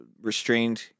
restrained